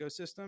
ecosystem